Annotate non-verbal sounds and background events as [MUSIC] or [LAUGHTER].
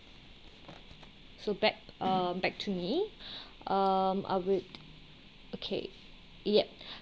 so back uh back to me [BREATH] um I would okay yep